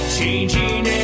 Changing